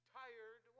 tired